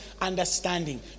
understanding